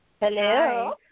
Hello